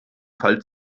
fall